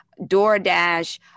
doordash